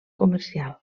comercial